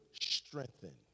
strengthen